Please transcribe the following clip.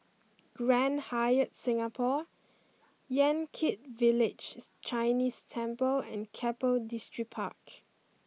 Grand Hyatt Singapore Yan Kit Villages Chinese Temple and Keppel Distripark